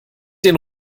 den